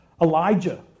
Elijah